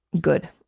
good